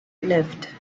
lived